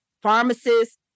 pharmacists